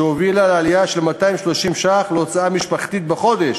שהובילה לעלייה של 230 ש"ח להוצאה המשפחתית בחודש